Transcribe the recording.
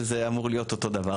שזה אמור להיות אותו דבר.